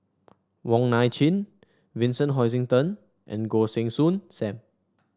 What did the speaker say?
Wong Nai Chin Vincent Hoisington and Goh Heng Soon Sam